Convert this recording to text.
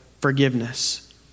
forgiveness